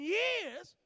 years